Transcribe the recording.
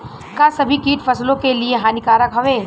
का सभी कीट फसलों के लिए हानिकारक हवें?